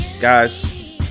Guys